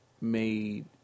made